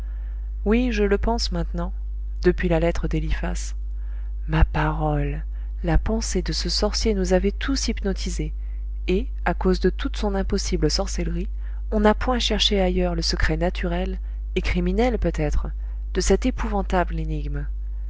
oui je le pense maintenant depuis la lettre d'eliphas ma parole la pensée de ce sorcier nous avait tous hypnotisés et à cause de toute son impossible sorcellerie on n'a point cherché ailleurs le secret naturel et criminel peut-être de cette épouvantable énigme